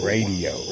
Radio